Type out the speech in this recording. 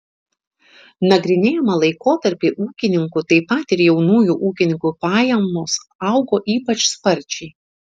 nagrinėjamą laikotarpį ūkininkų taip pat ir jaunųjų ūkininkų pajamos augo ypač sparčiai